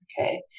okay